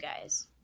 guys